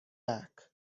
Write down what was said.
back